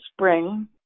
spring